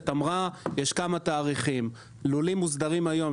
כמה תאריכים: ללולים מוסדרים היום,